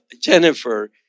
Jennifer